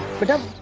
for them